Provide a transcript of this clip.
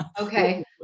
Okay